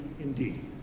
indeed